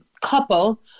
couple